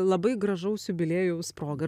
labai gražaus jubiliejaus proga